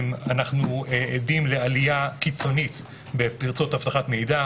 אנו עדים לעלייה קיצונית בפריצות אבטחת מידע,